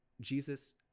jesus